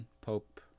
Pope